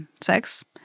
sex